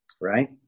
right